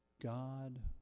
God